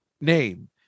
name